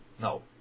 No